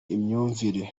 imyumvire